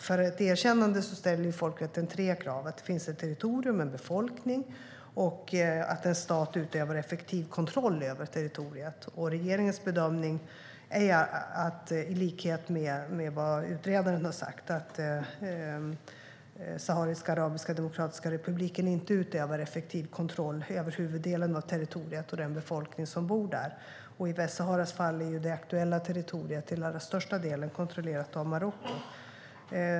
För ett erkännande ställer folkrätten tre krav: att det finns ett territorium och en befolkning och att en stat utövar effektiv kontroll över territoriet. Regeringens bedömning är, i likhet med vad utredaren har sagt, att Sahariska arabiska demokratiska republiken inte utövar effektiv kontroll över huvuddelen av territoriet och den befolkning som bor där. I Västsaharas fall är det aktuella territoriet till allra största delen kontrollerat av Marocko.